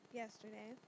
yesterday